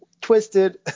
twisted